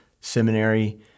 seminary